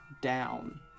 down